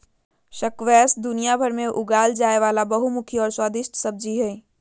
squash दुनियाभर में उगाल जाय वला बहुमुखी और स्वादिस्ट सब्जी हइ